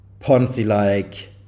Ponzi-like